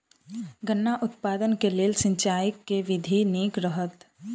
गन्ना उत्पादन केँ लेल सिंचाईक केँ विधि नीक रहत?